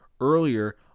earlier